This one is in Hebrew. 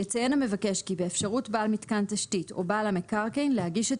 יציין המבקש כי באפשרות בעל מיתקן תשתית או בעל המקרקעין להגיש את